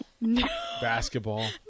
Basketball